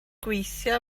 gweithio